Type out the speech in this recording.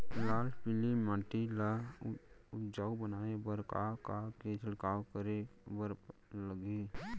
लाल पीली माटी ला उपजाऊ बनाए बर का का के छिड़काव करे बर लागही?